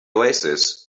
oasis